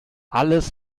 alles